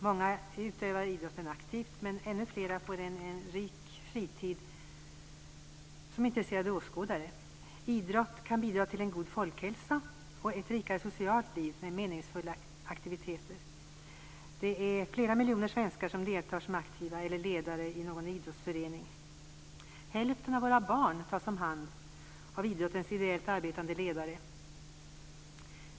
Många utövar idrott aktivt, men ännu fler får en rik fritid som intresserade åskådare. Idrott kan bidra till en god folkhälsa och ett rikare socialt liv med meningsfulla aktiviteter. Flera miljoner svenskar deltar som aktiva eller ledare i någon idrottsförening. Hälften av alla barn tas om hand av idrottens ideellt arbetande ledare.